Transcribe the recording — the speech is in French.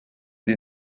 des